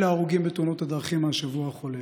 אלה ההרוגים בתאונות דרכים מהשבוע החולף: